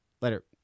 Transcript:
later